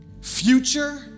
Future